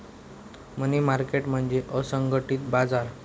मनी market म्हणजे असंघटित बाजार